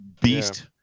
beast